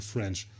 French